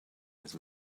his